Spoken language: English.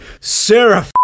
Sarah